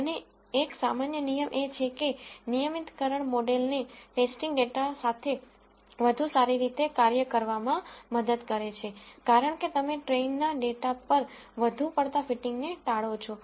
અને એક સામાન્ય નિયમ એ છે કે રેગ્યુલરાઈઝેશન મોડેલને ટેસ્ટિંગ ડેટા સાથે વધુ સારી રીતે કાર્ય કરવામાં મદદ કરે છે કારણ કે તમે ટ્રેઈનના ડેટા પર વધુ પડતા ફિટિંગને ટાળો છો